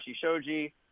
Shoji